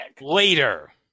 Later